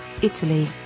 Italy